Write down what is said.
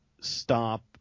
stop